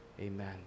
amen